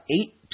eight